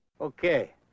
Okay